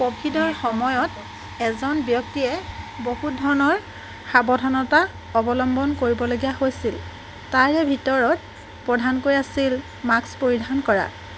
কভিডৰ সময়ত এজন ব্যক্তিয়ে বহুত ধৰণৰ সাৱধানতা অৱলম্বন কৰিবলগীয়া হৈছিল তাৰে ভিতৰত প্ৰধানকৈ আছিল মাস্ক পৰিধান কৰা